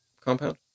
compound